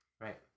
Right